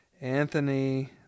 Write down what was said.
Anthony